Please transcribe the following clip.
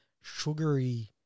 sugary